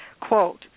Quote